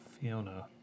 Fiona